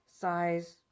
size